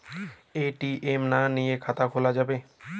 ATM না নিয়ে খাতা খোলা যাবে?